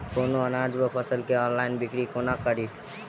कोनों अनाज वा फसल केँ ऑनलाइन बिक्री कोना कड़ी?